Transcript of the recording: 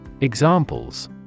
Examples